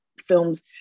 films